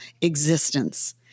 existence